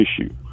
issue